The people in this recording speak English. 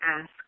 ask